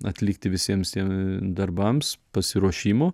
atlikti visiems tie darbams pasiruošimo